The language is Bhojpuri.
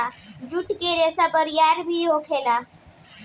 जुट के रेसा बरियार भी होखेला